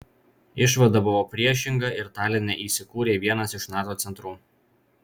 išvada buvo priešinga ir taline įsikūrė vienas iš nato centrų